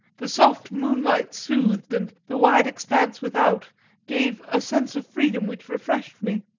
the soft moonlight soothed, and the wide expanse without gave a sense of freedom which refreshed me.